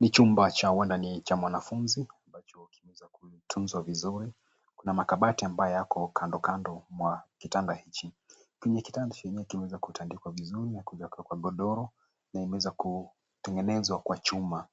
Ni chumba cha wanani cha mwanafunzi ambacho kimeweza kutunzwa vizuri. Kuna makabati ambayo yako kando kando mwa kitanda hichi. Kwenye kitanda chenyewe kimeweza kutandikwa vizuri na kuwekwa godoro na imewezwa kutengenezwa kwa chuma.